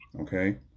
Okay